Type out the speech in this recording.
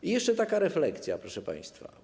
I jeszcze taka refleksja, proszę państwa.